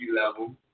level